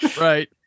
Right